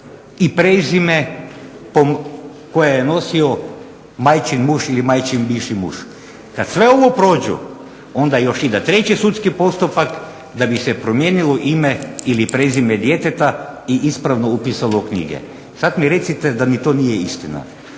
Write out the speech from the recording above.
i prezime koje je nosio majčin muž ili majčin bivši muž. Kada sve ovo prođu onda još ide treći sudski postupak da bi se promijenilo ime ili prezime djeteta i ispravno upisalo u knjige. Sada mi recite da ni to nije istina.